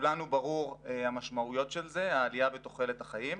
לכולנו ברור המשמעויות של זה: העלייה בתוחלת החיים.